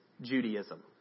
Judaism